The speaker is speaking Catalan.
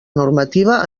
normativa